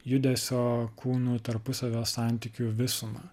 judesio kūnų tarpusavio santykių visumą